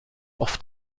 oft